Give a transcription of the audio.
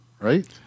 right